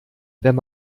wenn